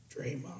Draymond